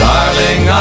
Darling